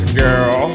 girl